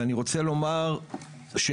ואני רוצה לומר שהחיינו.